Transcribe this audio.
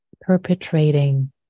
perpetrating